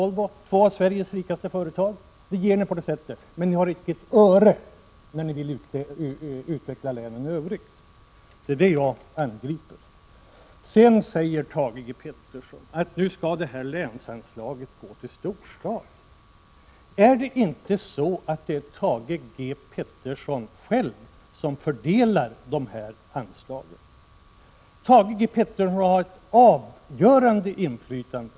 Det är två av Sveriges rikaste företag. Till dem kan ni ge på detta sätt. Men ni har icke ett öre till att utveckla länen i övrigt. Det är det jag angriper. Sedan säger Thage G. Peterson att länsanslaget skall gå till storstaden. Är det inte Thage G. Peterson själv som fördelar dessa anslag? Thage G. Peterson har ett avgörande inflytande.